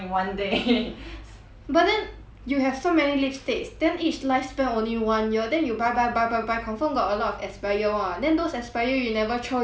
but then you have so many lipsticks then each lifespan only one year then you buy buy buy buy buy confirm got a lot of expire one then those expire you never throw you you 留着 for what